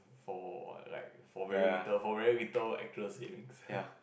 for like for very little for very little actual savings